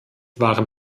waren